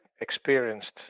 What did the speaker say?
experienced